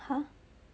!huh!